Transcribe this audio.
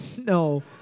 no